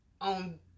on